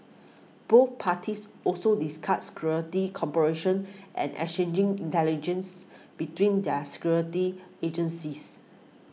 both parties also discussed security cooperation and exchanging intelligence between their security agencies